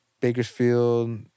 Bakersfield